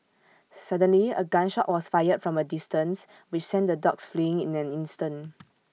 suddenly A gun shot was fired from A distance which sent the dogs fleeing in an instant